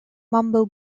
mambo